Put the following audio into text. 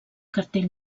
cartell